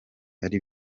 ari